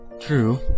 True